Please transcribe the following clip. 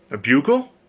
a bugle.